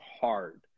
hard